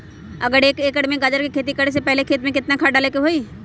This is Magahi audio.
अगर एक एकर में गाजर के खेती करे से पहले खेत में केतना खाद्य डाले के होई?